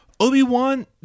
Obi-Wan